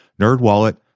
Nerdwallet